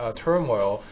turmoil